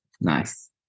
nice